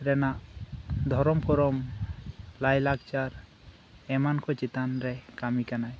ᱨᱮᱱᱟᱜ ᱫᱷᱚᱨᱚᱢ ᱠᱚᱨᱚᱢ ᱞᱟᱭᱞᱟᱠᱪᱟᱨ ᱮᱢᱟᱱᱠᱩ ᱪᱮᱛᱟᱱ ᱨᱮ ᱠᱟᱹᱢᱤ ᱠᱟᱱᱟᱭ